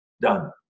Done